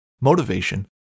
motivation